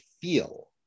feel